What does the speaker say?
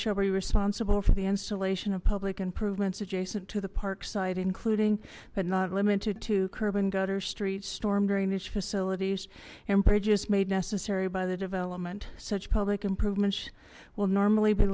be responsible for the installation of public and prevents a jason to the park site including but not limited to curb and gutter streets storm drainage facilities and bridges made necessary by the development such public improvements will normally be